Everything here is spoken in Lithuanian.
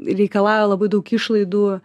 reikalauja labai daug išlaidų